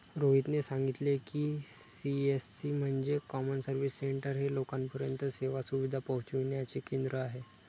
रोहितने सांगितले की, सी.एस.सी म्हणजे कॉमन सर्व्हिस सेंटर हे लोकांपर्यंत सेवा सुविधा पोहचविण्याचे केंद्र आहे